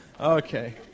Okay